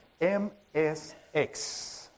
MSX